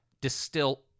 distill